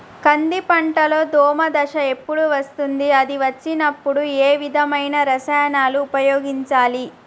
కంది పంటలో దోమ దశ ఎప్పుడు వస్తుంది అది వచ్చినప్పుడు ఏ విధమైన రసాయనాలు ఉపయోగించాలి?